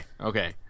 okay